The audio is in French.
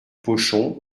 pochon